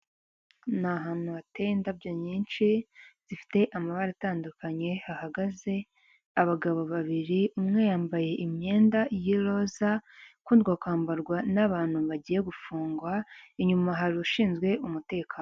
Ni ahantu hateye indabyo nyinshi zifite amabara atandukanye hahagaze abagabo babiri, umwe yambaye imyenda y'iroza ikundwa kwambarwa n'abantu bagiye gufungwa, inyuma hari ushinzwe umutekano.